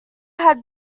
had